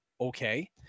okay